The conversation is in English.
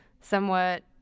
somewhat